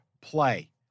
play